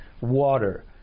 water